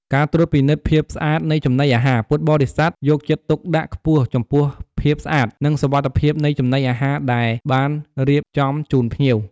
ការថែរក្សាផ្កា និងគ្រឿងលម្អ ពួកគាត់ទទួលខុសត្រូវក្នុងការរៀបចំ និងថែរក្សាផ្កាភ្ញី និងគ្រឿងលម្អផ្សេងៗ ដើម្បីឲ្យបរិវេណវត្តមានសោភ័ណភាពស្រស់ស្អាត។